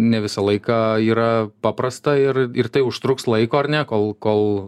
ne visą laiką yra paprasta ir ir tai užtruks laiko ar ne kol kol